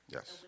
Yes